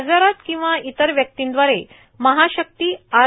बाजारात किंवा इतर व्यक्तीव्दारे महाशक्ती आर